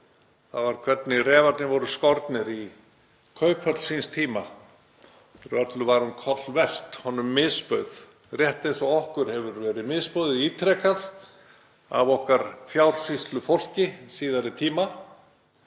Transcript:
þ.e. hvernig refirnir voru skornir í kauphöll síns tíma, þegar öllu var um koll velt. Honum misbauð, rétt eins og okkur hefur verið misboðið ítrekað af okkar fjársýslufólki síðari tíma,